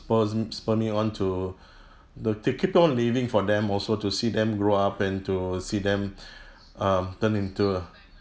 spurs spur me on to to keep on living for them also to see them grow up and to see them um turn into a